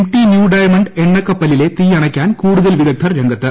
T new diamond എണ്ണ കപ്പലിലെ തീയണക്കാൻ കൂടുതൽ വിദഗ്ധർ രംഗത്ത്